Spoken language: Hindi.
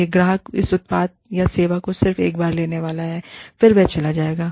यह ग्राहक इस उत्पाद या सेवा को सिर्फ एक बार लेने वाला है फिर वह चला जाएगा